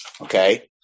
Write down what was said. okay